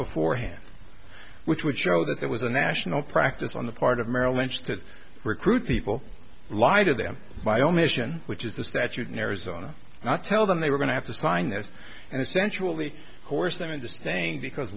beforehand which would show that there was a national practice on the part of merrill lynch to recruit people lied to them by omission which is the statute in arizona not tell them they were going to have to sign this and essentially horse them into staying because